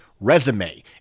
resume